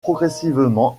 progressivement